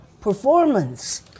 performance